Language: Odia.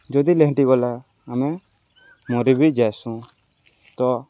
ଯଦି ଲେହେଟି ଗଲା ଆମେ ମରି ବି ଯାଏସୁଁ ତ